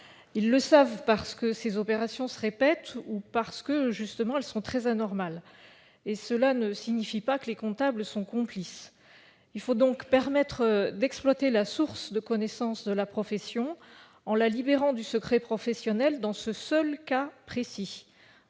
Ils le savent parce que ces opérations se répètent ou parce qu'elles sont très anormales. Cela ne signifie pas néanmoins que les comptables sont complices. Il faut donc permettre d'exploiter la source de connaissances de la profession en la libérant du secret professionnel dans ce seul cas précis.